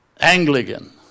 Anglican